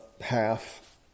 half